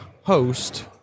host